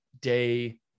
day